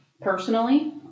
personally